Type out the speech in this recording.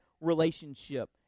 relationship